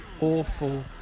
awful